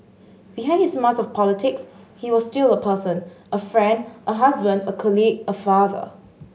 behind his mask of politics he was still a person a friend a husband a colleague a father